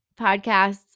podcasts